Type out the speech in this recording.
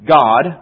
God